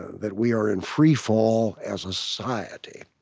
that we are in freefall as a society.